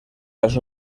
las